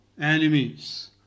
enemies